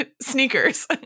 sneakers